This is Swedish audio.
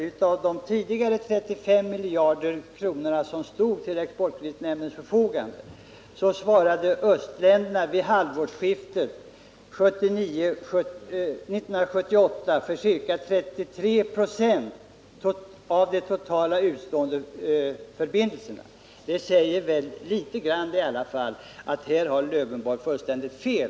I fråga om de 35 miljarder kronor som tidigare stod till exportkreditnämndens förfogande svarade östländerna vid halvårsskiftet 1978 för ca 33 96 av totala antalet utestående förbindelser. Det bevisar väl att Alf Lövenborg i varje fall på den här punkten har fullständigt fel.